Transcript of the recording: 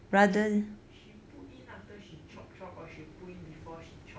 but she she put in after she chop chop or she put in before she chop